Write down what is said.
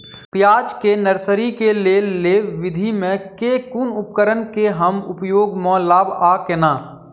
प्याज केँ नर्सरी केँ लेल लेव विधि म केँ कुन उपकरण केँ हम उपयोग म लाब आ केना?